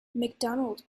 mcdonald